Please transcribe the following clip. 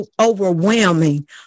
overwhelming